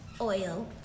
oil